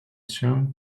się